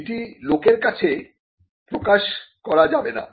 এটি লোকের কাছে প্রকাশ করা যাবে না